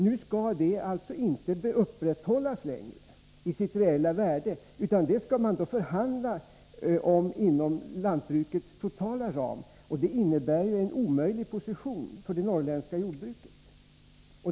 Nu skall alltså detta prisstöd inte längre upprätthållas vid sitt reella värde. Man skall alltså vara tvungen att förhandla inom lantbrukets totala ram, vilket medför att det blir en omöjlig situation för det norrländska jordbruket.